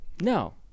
no